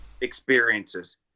experiences